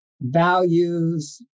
values